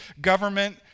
government